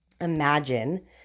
imagine